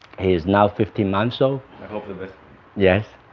he is now fifteen months old i hope the best yes